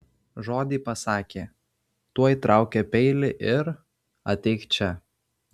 žodį pasakė tuoj traukia peilį ir ateik čia